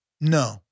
No